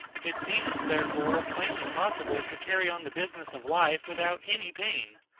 it seems, therefore, plainly possible to carry on the business of life without any pain.